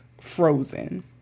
frozen